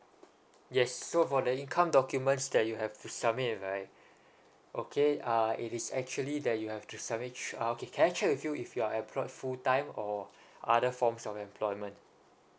yes so for the income documents that you have to submit right okay uh it is actually that you have to submit su~ uh okay can I check with you if you are employed full time or other forms of employment